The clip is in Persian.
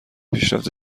پیشرفت